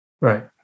right